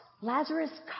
Lazarus